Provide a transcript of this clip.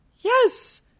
Yes